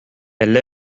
elle